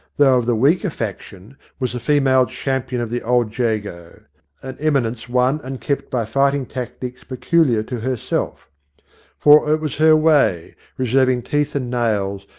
though of the weaker faction, was the female champion of the old jago an eminence won and kept by fighting tactics peculiar to herself for it was her way, reserving teeth and nails,